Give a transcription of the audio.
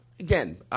Again